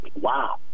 wow